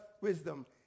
wisdom